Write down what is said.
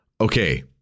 Okay